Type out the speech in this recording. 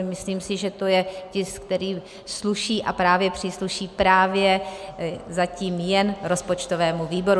Myslím si, že to je tisk, který sluší a přísluší právě zatím jen rozpočtovému výboru.